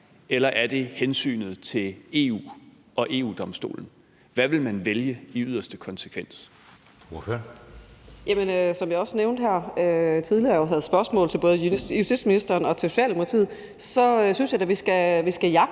eller er det hensynet til EU og EU-Domstolen? Hvad vil man vælge i yderste konsekvens?